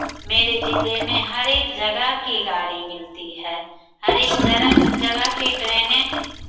मेरे जिले में हरेक जगह की गाड़ी मिलती है हरेक जगह जगह की ट्रेनें